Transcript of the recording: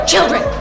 Children